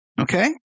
Okay